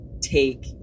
take